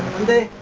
monday.